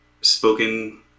spoken